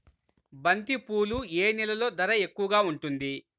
బంతిపూలు ఏ నెలలో ధర ఎక్కువగా ఉంటుంది?